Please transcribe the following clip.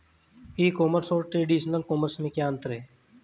ई commerce और traditional commerce में क्या अंतर है?